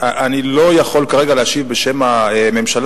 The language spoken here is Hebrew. אני לא יכול כרגע להשיב בשם הממשלה.